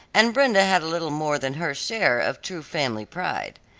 and brenda had a little more than her share of true family pride.